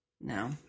No